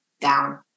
down